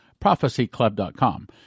prophecyclub.com